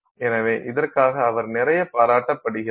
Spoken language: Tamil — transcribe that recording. எனவே இதற்காக அவர் நிறைய பாராட்டப்படுகிறார்